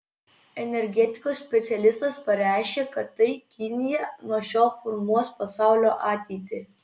energetikos specialistas pareiškė kad tai kinija nuo šiol formuos pasaulio ateitį